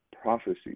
prophecy